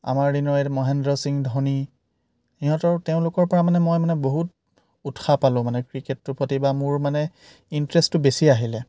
আমাৰ দিনৰ মহেন্দ্ৰ সিং ধোনী সিহঁতৰ তেওঁলোকৰ পৰা মানে মই মানে বহুত উৎসাহ পালোঁ মানে ক্ৰিকেটটোৰ প্ৰতি বা মোৰ মানে ইন্টাৰেষ্টটো বেছি আহিলে